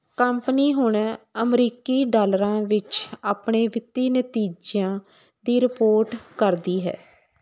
company ਹੁਣ ਅਮਰੀਕੀ ਡਾਲਰਾਂ ਵਿੱਚ ਆਪਣੇ ਵਿੱਤੀ ਨਤੀਜਿਆਂ ਦੀ ਰਿਪੋਰਟ ਕਰਦੀ ਹੈ